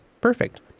Perfect